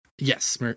Yes